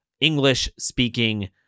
English-speaking